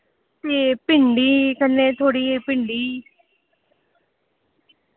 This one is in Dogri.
ए भिंडी कन्नै थोह्ड़ी एह् भिंडी